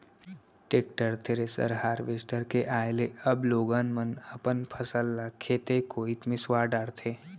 tractor, thresher, harvester के आए ले अब लोगन मन अपन फसल ल खेते कोइत मिंसवा डारथें